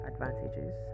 advantages